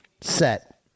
set